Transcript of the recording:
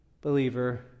believer